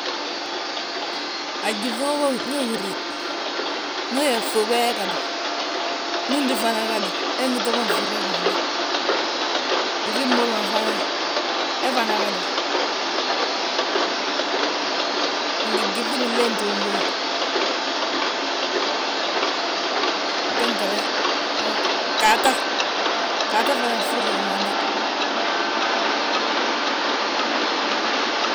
A gyíŧi ma ñe húrni, ndu yaa ŧuubu he gaadu, ndúndi fana gadu, he ngi too mo nfúrre gimanda, yíŧi mboli ma fana he fana gadu, ngi gyíŧi binléeti bombogi, gwéntele ho, ggaata, ggaata fana nfúrri gimanada.